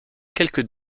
quelques